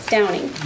Downing